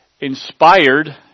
inspired